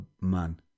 man